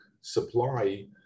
supply